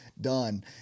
done